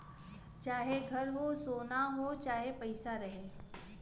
चाहे घर हो, सोना हो चाहे पइसा रहे